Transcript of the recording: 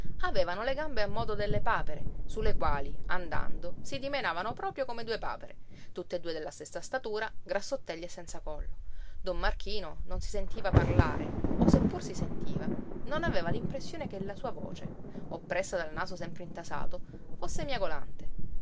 avevano le gambe a modo delle papere su le quali andando si dimenavano proprio come due papere tutt'e due della stessa statura grassottelli e senza collo don marchino non si sentiva parlare o seppur si sentiva non aveva l'impressione che la sua voce oppressa dal naso sempre intasato fosse miagolante ora